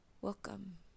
welcome